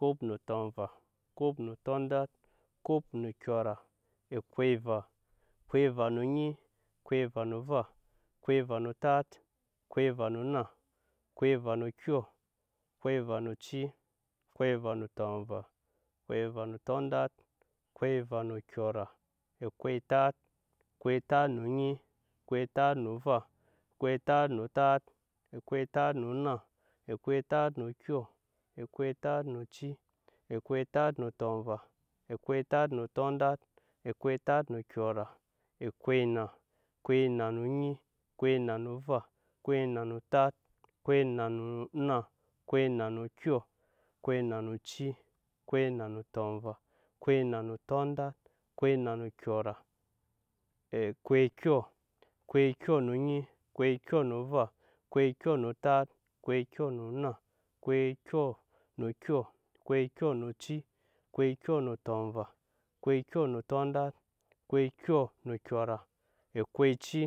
kop no tɔnva kop no tɔndat kop no kyɔra ekop eva, kop eva no onyi kop eva no ova kop eva no otat kop eva no onna kop eva no okyɔ kop eva no oci kop eva no tɔnva kop eva tɔndat kop eva no okyɔra ekop etat, eko etat no onyi eko etat no ova eko etat no onna eko etat no okyɔ eko etat no oci eko etat no otɔnva eko etat no otɔndat eko etat no okyɔra eko enna, eko enna no onyi eko enna no ova eko enna no otat eko enna no onna eko enna no okyɔ eko enna no oci eko enna no otɔnva eko enna no otɔndat eko enna no okyɔra eko ekyɔ, eko ekyɔ no onyi eko ekyɔ no ova eko ekyɔ no otat eko ekyɔ no onna eko ekyɔ no okyɔ eko ekyɔ no oci eko ekyɔ no otɔnva eko ekyɔ no otɔndat eko ekyɔ no okyɔra eko oci.